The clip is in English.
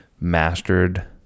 mastered